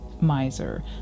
miser